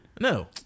No